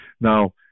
Now